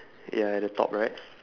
yeah at the top right